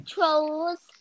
Trolls